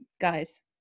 guys